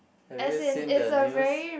have you seen the news yet